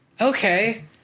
okay